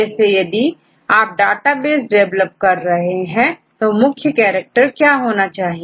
जैसे यदि आप डेटाबेस डेवलप कर रहे हैं तो मुख्य कैरेक्टर क्या होना चाहिए